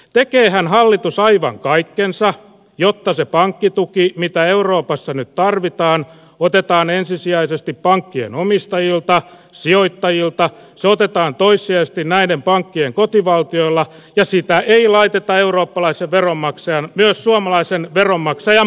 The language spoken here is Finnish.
tekeehän hallitus aivan kaikkensa jotta se pankkituki mitä euroopassa nyt tarvitaan otetaan ensisijaisesti pankkien omistajilta sijoittajilta se otetaan toissijaisesti näiden pankkien kotivaltiolta ja sitä ei laiteta eurooppalaisten veronmaksajien myös suomalaisten veronmaksajien piikkiin